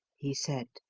he said.